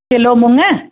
kilo मूङ